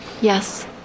Yes